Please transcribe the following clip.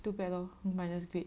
too bad loh then minus grade